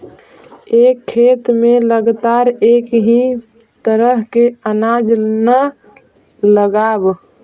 एक खेत में लगातार एक ही तरह के अनाज न लगावऽ